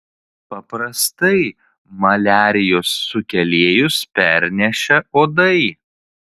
paprastai maliarijos sukėlėjus perneša uodai